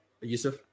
Yusuf